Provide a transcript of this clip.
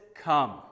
come